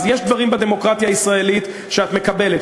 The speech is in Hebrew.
אז יש דברים בדמוקרטיה הישראלית שאת מקבלת,